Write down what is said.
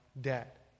debt